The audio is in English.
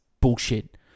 bullshit